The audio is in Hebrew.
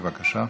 בבקשה.